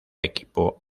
equipo